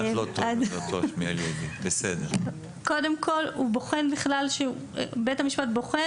קודם כל בית המשפט בוחן,